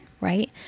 right